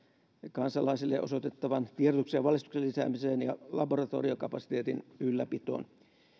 kansalaisille osoitettavan tiedotuksen ja valistuksen lisäämiseen ja laboratoriokapasiteetin ylläpitoon